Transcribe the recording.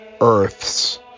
earths